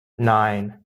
nine